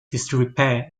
disrepair